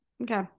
Okay